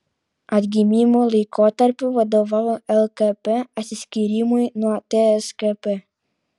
atgimimo laikotarpiu vadovavo lkp atsiskyrimui nuo tskp